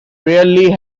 rarely